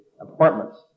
apartments